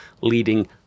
leading